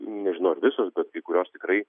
nežinau ar visos bet kai kurios tikrai